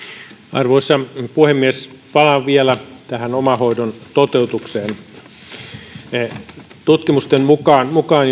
arvoisa puhemies palaan vielä tähän omahoidon toteutukseen tutkimusten mukaan mukaan